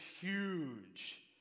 huge